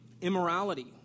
immorality